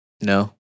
No